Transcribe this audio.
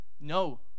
No